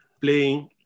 playing